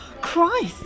Christ